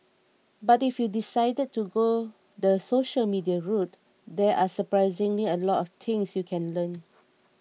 but if you decided to go the social media route there are surprisingly a lot of things you can learn